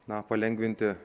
na palengvinti